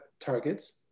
targets